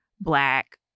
black